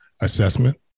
assessment